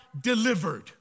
delivered